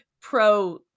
pro